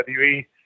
WWE